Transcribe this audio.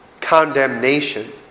condemnation